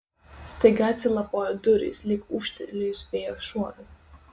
staiga atsilapojo durys lyg ūžtelėjus vėjo šuorui